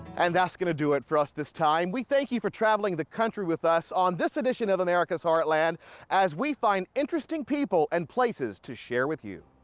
and that's going to do it for us this time. we thank you for traveling the country with us on this edition of america's heartland as we find interesting people and places to share with you.